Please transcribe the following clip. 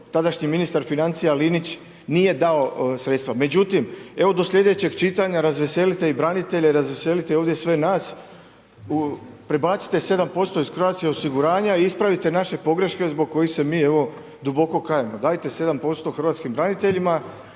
tadašnji ministar financija Linić nije dao sredstva. Međutim, evo, do sljedećeg čitanja razveselite i branitelje, razveselite ovdje sve nas, prebacite 7% iz Croatia osiguranja i ispravite naše pogreške zbog kojih se mi evo, duboko kajemo. Dajte 7% hrvatskim braniteljima